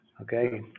Okay